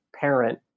parent